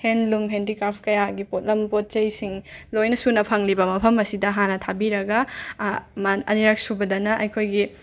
ꯍꯦꯟꯂꯨꯝ ꯍꯦꯟꯗꯤꯀ꯭ꯔꯥꯐ ꯀꯌꯥꯒꯤ ꯄꯣꯠꯂꯝ ꯄꯣꯠꯆꯩꯁꯤꯡ ꯂꯣꯏꯅ ꯁꯨꯅ ꯐꯪꯂꯤꯕ ꯃꯐꯝ ꯑꯁꯤꯗ ꯍꯥꯟꯅ ꯊꯥꯕꯤꯔꯒ ꯃꯥꯟ ꯑꯅꯤꯔꯛꯁꯨꯕꯗꯅ ꯑꯩꯈꯣꯏꯒꯤ